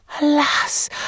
alas